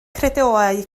credoau